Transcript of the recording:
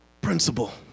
principal